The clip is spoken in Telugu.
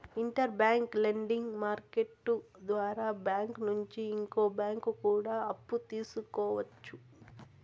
ఇంటర్ బ్యాంక్ లెండింగ్ మార్కెట్టు ద్వారా బ్యాంకు నుంచి ఇంకో బ్యాంకు కూడా అప్పు తీసుకోవచ్చు